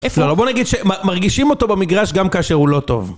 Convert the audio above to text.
איפה לא? - בוא נגיד שמרגישים אותו במגרש גם כאשר הוא לא טוב.